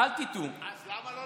אז מי הממונה?